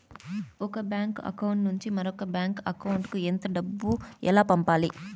ఒక bank account నుంచి మరొక బ్యాంకు అకౌంట్ కు ఎంత డబ్బు ఎలా పంపాలి